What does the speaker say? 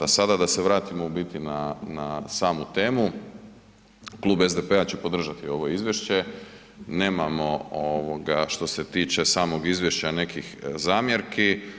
A sada da se vratim u biti na samu temu, Klub SDP-a će podržati ovo izvješće nemamo ovoga što se tiče samog izvješća nekih zamjerki.